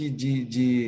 de